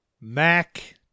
mac